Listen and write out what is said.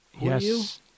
Yes